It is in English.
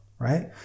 Right